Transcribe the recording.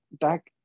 Back